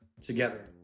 together